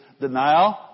denial